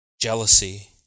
jealousy